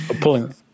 Pulling